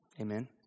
amen